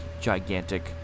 gigantic